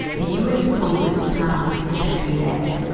the us congress passed the patriot act,